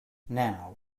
now